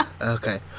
okay